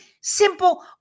simple